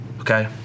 okay